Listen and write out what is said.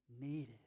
needed